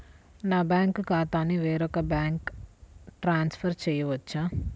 నా బ్యాంక్ ఖాతాని వేరొక బ్యాంక్కి ట్రాన్స్ఫర్ చేయొచ్చా?